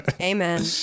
Amen